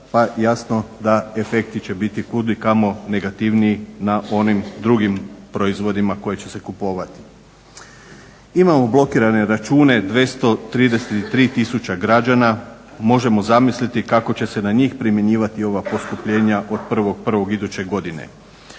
pa jasno da će efekti biti kud i kamo negativniji na onim drugim proizvodima koji će se kupovati. Imamo blokirane račune 233 tisuća građana možemo zamisliti kako će se na njih primjenjivati ova poskupljenja od 1.1. iduće godine,